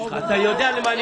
אתה יודע למה אני מכוון.